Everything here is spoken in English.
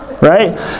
right